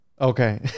Okay